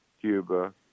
Cuba